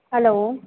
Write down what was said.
hello